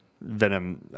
venom